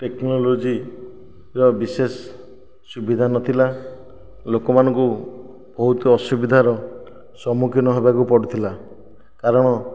ଟେକ୍ନୋଲୋଜିର ବିଶେଷ ସୁବିଧା ନଥିଲା ଲୋକମାନଙ୍କୁ ବହୁତ ଅସୁବିଧାର ସମ୍ମୁଖୀନ ହେବାକୁ ପଡ଼ୁଥିଲା କାରଣ